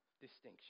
distinction